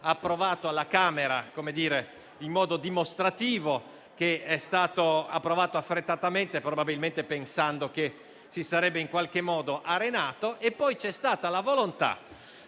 approvato alla Camera in modo dimostrativo nel senso che è stato approvato affrettatamente, probabilmente pensando che si sarebbe arenato in qualche modo. E poi c'è stata la volontà